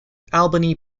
albany